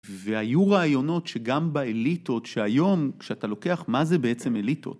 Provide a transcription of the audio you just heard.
והיו רעיונות שגם באליטות, שהיום כשאתה לוקח מה זה בעצם אליטות.